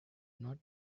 not